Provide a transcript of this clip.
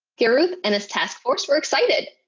gilruth and his task force were excited,